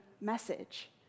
message